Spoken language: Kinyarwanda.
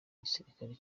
igisirikare